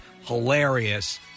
hilarious